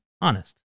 honest